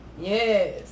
yes